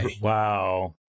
Wow